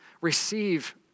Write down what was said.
receive